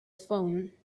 phone